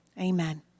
amen